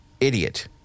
idiot